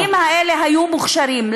שהבניינים האלה היו מוכשרים,